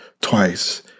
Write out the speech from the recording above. twice